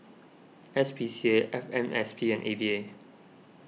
S P C A F M S P and A V A